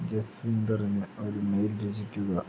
ജസ്വിന്ദർന് ഒരു മെയിൽ രചിക്കുക